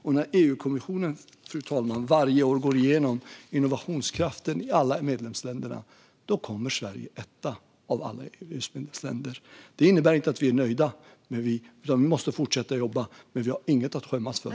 EU-kommissionen, fru talman, går varje år igenom innovationskraften i alla medlemsländer. Sverige kom etta av EU:s medlemsländer. Detta innebär inte att vi är nöjda, utan vi måste fortsätta att jobba. Men vi har inget att skämmas för.